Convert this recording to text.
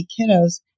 kiddos